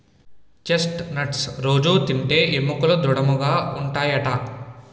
chest nuts రొజూ తింటే ఎముకలు దృడముగా ఉంటాయట